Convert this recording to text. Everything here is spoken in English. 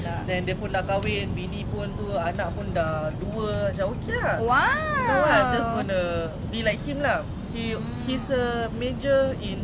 wait wait he do army malay army quite shocking ah cause you know they always jio us at S_C_D_F